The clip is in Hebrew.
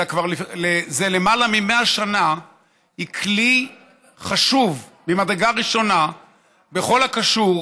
אלא כבר זה למעלה מ-100 שנה היא כלי חשוב ממדרגה ראשונה בכל הקשור